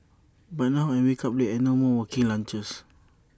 but now I wake up late and no more working lunches